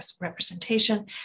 representation